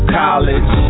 college